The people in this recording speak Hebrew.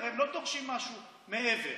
הרי הם לא דורשים משהו מעבר.